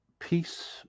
Peace